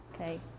Okay